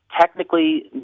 technically